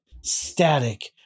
static